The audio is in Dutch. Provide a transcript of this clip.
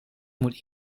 moet